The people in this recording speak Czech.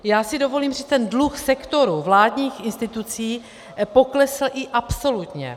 Já si dovolím říci, že ten dluh sektoru vládních institucí poklesl i absolutně.